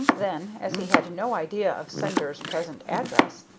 then, as he had no idea of sender's present address,